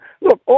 look